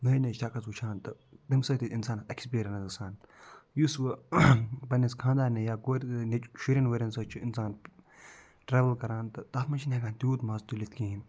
نٔے نٔے شخص وٕچھان تہٕ تَمہِ سۭتۍ تہِ اِنسانَس اٮ۪کٕسپیٖریَنٕس گژھان یُس وۄنۍ پَنٛنِس خانٛدارنہِ یا کورِ نیٚچو شُرٮ۪ن وُرٮ۪ن سۭتۍ چھُ اِنسان ٹرٛاوٕل کران تہِ تَتھ منٛز چھِنہٕ ہٮ۪کان تیوٗت مَزٕ تُلِتھ کِہیٖنۍ